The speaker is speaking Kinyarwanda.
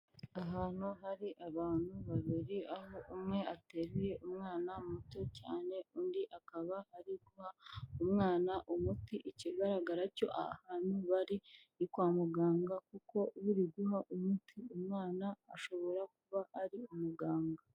Ahantu hari abantu babiri aho umwe atereye umwana muto cyane, undi akaba ari guha umwana umuti ikigaragara cyo ahantu bari kwa muganga kuko uri guha umuti umwana ashobora kuba ari umuganga.